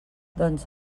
doncs